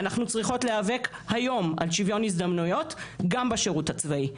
אנחנו צריכות להיאבק היום על שוויון הזדמנויות גם בשירות הצבאי.